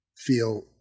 feel